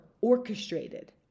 orchestrated